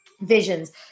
visions